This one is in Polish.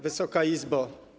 Wysoka Izbo!